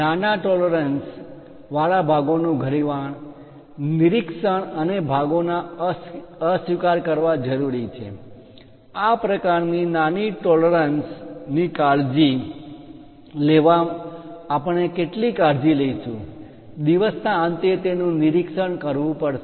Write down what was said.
નાના ટોલરન્સ પરિમાણ માં માન્ય તફાવત વાળા ભાગો નુ ઘણી વાર નિરીક્ષણ અને ભાગોના અસ્વીકાર કરવા જરૂરી છે આ પ્રકારની નાની ટોલરન્સ પરિમાણ માં માન્ય તફાવત ની કાળજી લેવા આપણે કેટલી કાળજી લઈશું દિવસના અંતે તેનુ નિરીક્ષણ કરવું પડશે